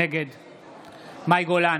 נגד מאי גולן,